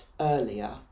earlier